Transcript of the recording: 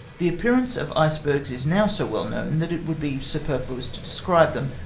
the appearance of icebergs is now so well known that it would be superfluous to describe them.